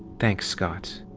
thanks, scott.